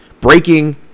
breaking